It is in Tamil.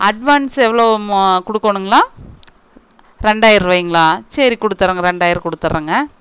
அட்வான்ஸ் எவ்வளோ ம கொடுக்கோணுங்களா ரெண்டாயரூபாய்ங்களா சரி கொடுத்தட்றேங்க ரெண்டாயிரம் கொடுத்தட்றேங்க